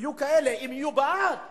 יהיו כאלה, אם יהיו בעד כאלה,